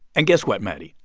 and guess what, maddie?